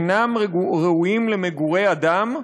אינם ראויים למגורי אדם,